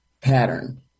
pattern